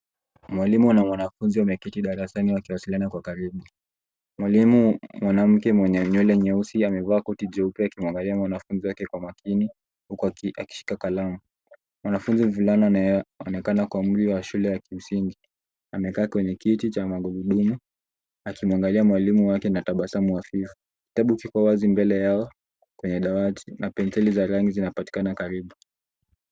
Mwalimu na mwanafunzi wameketi darasani wakiwasiliana kwa karibu. Mwalimu mwanamke mwenye nywele nyeusi amevaa koti nyeupe akiangalia mwanafunzi wake Kwa karibu akishika kalamu. Mwanafunzi mvulana naye anaonekana wa shule ya kimsingi amekaa kwenye kiti cha magurudumu akimwangalia mwalimu wake na tabasamu hafifu. Kitabu kiko wazi mbele yao kwenye dawati na penseli za rangi zinapatikana karibu.